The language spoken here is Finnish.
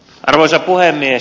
arvoisa puhemies